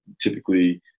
typically